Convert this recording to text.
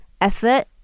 effort